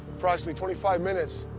approximately twenty five minutes,